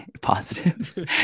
positive